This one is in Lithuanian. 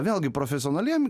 vėlgi profesionaliem